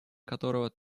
которого